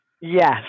yes